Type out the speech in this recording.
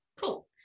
Cool